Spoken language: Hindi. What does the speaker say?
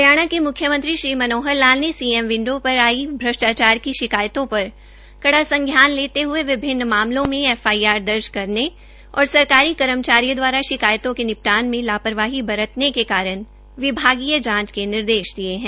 हरियाणा के म्ख्यमंत्री श्री मनोहर लाल ने सीएम विंडो पर आई भ्रष्टाचार पर कड़ा संज्ञान लेते हये विभिन्न मामलों में एफआईआर दर्ज करने और सरकारी कर्मचारियों दवारा शिकायतों के निपटान में लापरवाही बरतने के कारण विभागीय जांच के निर्देश दिये है